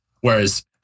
whereas